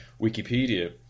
Wikipedia